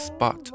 Spot